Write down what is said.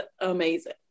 amazing